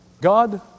God